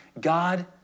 God